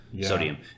sodium